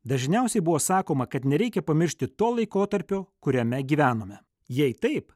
dažniausiai buvo sakoma kad nereikia pamiršti to laikotarpio kuriame gyvenome jei taip